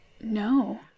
No